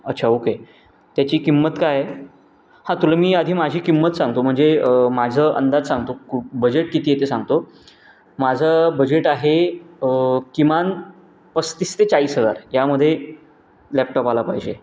अच्छा ओके त्याची किंमत काय आहे हां तुला मी आधी माझी किंमत सांगतो म्हणजे माझं अंदाज सांगतो कु बजेट किती आहे ते सांगतो माझं बजेट आहे किमान पस्तीस ते चाळीस हजार यामध्ये लॅपटॉप आला पाहिजे